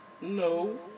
No